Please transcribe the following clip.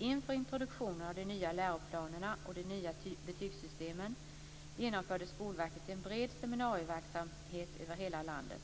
Inför introduktionen av de nya läroplanerna och de nya betygssystemen genomförde Skolverket en bred seminarieverksamhet över hela landet.